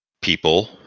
people